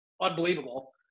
unbelievable